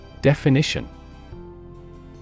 Definition